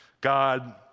God